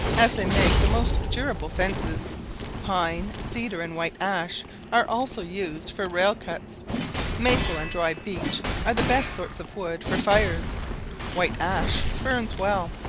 as they make the most durable fences pine, cedar, and white ash are also used for rail-cuts maple and dry beech are the best sorts of wood for fires white ash burns well.